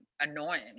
annoying